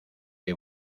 que